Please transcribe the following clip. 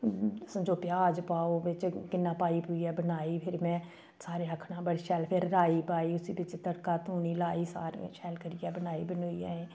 समझो प्याज पाओ बिच्च कि'न्ना पाई पूइयै बनाई फिरी में सारे आखन अहें बड़ी शैल फिर राई पाई उस्सी बिच्च तडका धूनी लाई सारे गी शैल करियै बनाई बनूइयै